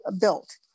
built